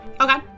Okay